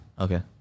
Okay